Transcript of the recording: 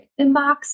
inbox